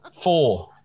Four